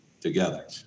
Together